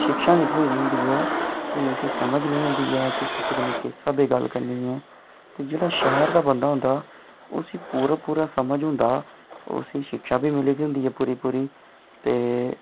शिक्षा निं थ्होई दी होंदी ऐ कोई उसी समझ निं होंदी ऐ की कुसै कन्नै किस स्हाबै दी गल्ल करनी ऐ ते जेह्ड़ा शैह्र दा बंदा होंदा उसी पूरा पूरा समझ होंदा ते उसी शिक्षा बी मिली दी होंदी पूरी पूरी ते